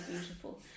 beautiful